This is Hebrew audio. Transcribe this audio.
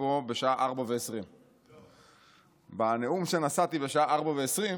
פה בשעה 04:20. בנאום שנשאתי בשעה 04:20